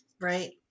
Right